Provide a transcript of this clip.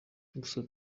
gusa